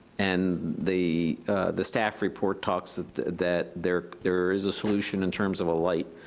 and the the staff report talks that there there is a solution in terms of a light,